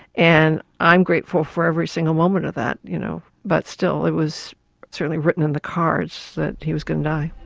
and i'm grateful for every single moment of that. you know but still it was certainly written in the cards the he was going to die.